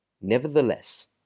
Nevertheless